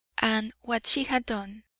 and what she had done,